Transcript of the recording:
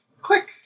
click